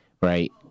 Right